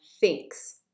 thinks